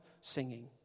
singing